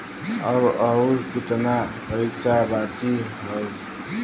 अब अउर कितना पईसा बाकी हव?